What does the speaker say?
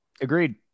agreed